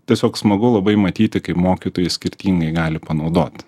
tiesiog smagu labai matyti kaip mokytojai skirtingai gali panaudot